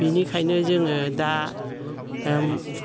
बेनिखायनो जोङो दा